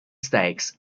stakes